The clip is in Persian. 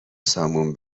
سامون